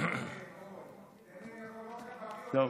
עולה פי שניים.